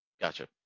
Gotcha